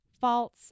false